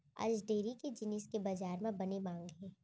आज डेयरी के जिनिस के बजार म बने मांग हे